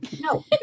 no